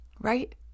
right